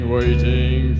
waiting